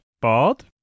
bald